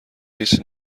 هیچ